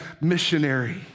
missionary